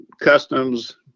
customs